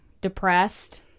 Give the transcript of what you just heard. depressed